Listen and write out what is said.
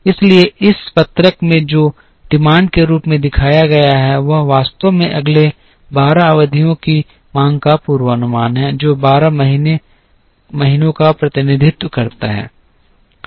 इसलिए इस पत्रक में जो मांग के रूप में दिखाया गया है वह वास्तव में अगले 12 अवधियों की मांग का पूर्वानुमान है जो 12 महीनों का प्रतिनिधित्व करता है